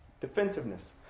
Defensiveness